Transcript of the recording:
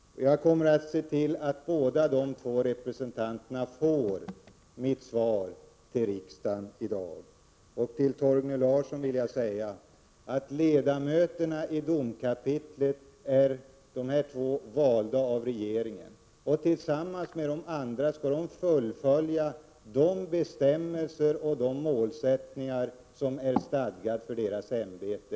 Jag kommer att se till att båda dessa representanter får det svar som jag här i riksdagen har lämnat i dag. Till Torgny Larsson vill jag säga att de två av regeringen valda ledamöterna skall tillsammans med de andra följa stadgade bestämmelser och uppsatta mål för deras ämbete.